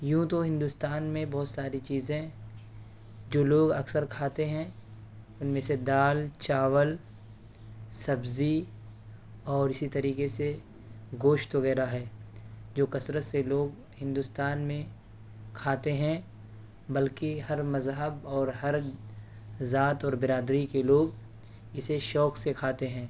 یوں تو ہندوستان میں بہت ساری چیزیں جو لوگ اکثر کھاتے ہیں ان میں سے دال چاول سبزی اور اسی طریقے سے گوشت وغیرہ ہے جو کثرت سے لوگ ہندوستان میں کھاتے ہیں بلکہ ہر مذہب اور ہر ذات اور برادری کے لوگ اسے شوق سے کھاتے ہیں